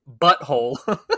butthole